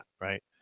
right